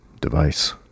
device